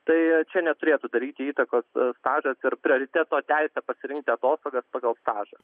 tai čia neturėtų daryti įtakos stažas ir prioriteto teisė pasirinkti atostogas pagal stažą